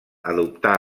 adoptà